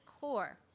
core